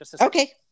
Okay